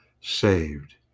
saved